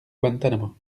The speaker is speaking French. guantanamo